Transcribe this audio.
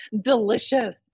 delicious